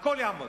הכול יעמוד.